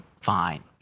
fine